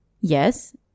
Yes